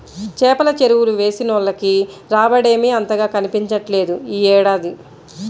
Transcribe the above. చేపల చెరువులు వేసినోళ్లకి రాబడేమీ అంతగా కనిపించట్లేదు యీ ఏడాది